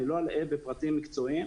אני לא אלאה בפרטים מקצועיים.